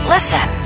listen